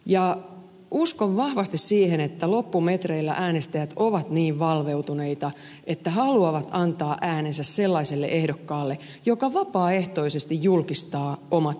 ja uskon vahvasti siihen että loppumetreillä äänestäjät ovat niin valveutuneita että haluavat antaa äänensä sellaiselle ehdokkaalle joka vapaaehtoisesti julkistaa omat tietonsa